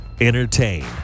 Entertain